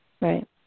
right